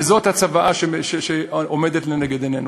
וזאת הצוואה שעומדת לנגד עינינו.